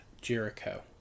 Jericho